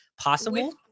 possible